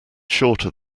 shorter